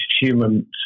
human